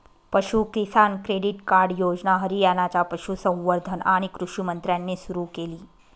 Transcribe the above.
पशु किसान credit card योजना हरियाणाच्या पशुसंवर्धन आणि कृषी मंत्र्यांनी सुरू केली